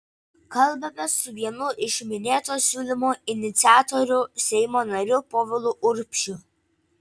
kalbamės su vienu iš minėto siūlymo iniciatorių seimo nariu povilu urbšiu